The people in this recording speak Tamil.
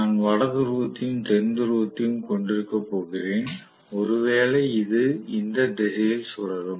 நான் வட துருவத்தையும் தென் துருவத்தையும் கொண்டிருக்கப் போகிறேன் ஒருவேளை இது இந்த திசையில் சுழலும்